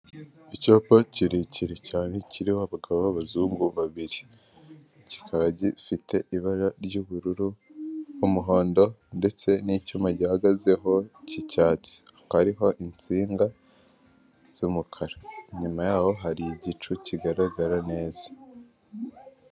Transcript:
Icyapa kirekire cyane kiriho abagabo b'abazungu babiri kikaba gifite ibara ry'ubururu, umuhondo ndetse n'icyuma gihagazeho cy'icyatsi hakaba hariho insinga z'umukara, inyuma yaho hari igicu kigaragara neza.